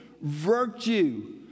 virtue